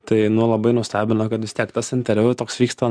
tai nu labai nustebino kad vis tiek tas interviu toks vyksta